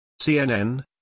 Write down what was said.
CNN